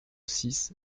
six